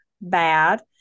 bad